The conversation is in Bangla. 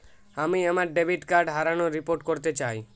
আমি আমার ডেবিট কার্ড হারানোর রিপোর্ট করতে চাই